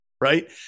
right